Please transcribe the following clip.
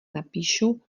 napíšu